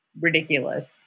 ridiculous